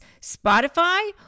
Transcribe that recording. Spotify